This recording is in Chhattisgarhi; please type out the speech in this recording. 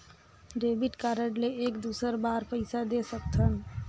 डेबिट कारड ले एक दुसर बार पइसा दे सकथन?